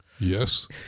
Yes